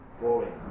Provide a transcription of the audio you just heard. Boring